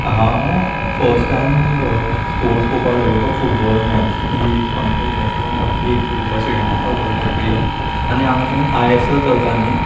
हांव first time sports पोवपाक गेल्लो तो फुटबॉल मॅच ती एक आमचो घरा लागीं एक फुटबॉल स्टेडियम आसा व्हडलो स्टेडियम आनी हांगा तेन्ना आय एस एल चलता न्ही